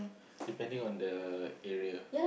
depending on the area